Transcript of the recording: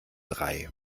drei